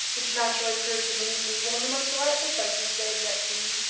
which naturally proved to the nieces one of the most delightful places they had yet seen.